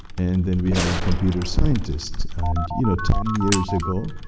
and then we have a computer scientist. and you know ten years ago,